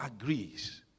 agrees